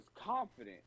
confident